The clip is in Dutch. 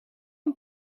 een